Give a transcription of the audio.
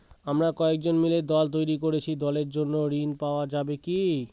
আমরা কয়েকজন মিলে দল তৈরি করেছি দলের জন্য ঋণ পাওয়া যাবে কি?